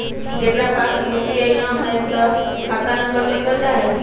जेकरा पास यू.पी.आई न है त खाता नं पर चल जाह ई?